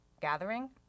Gathering